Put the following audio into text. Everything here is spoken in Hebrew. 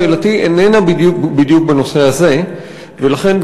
שאלתי איננה בדיוק בנושא הזה ולכן,